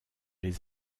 les